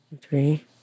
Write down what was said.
Three